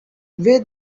where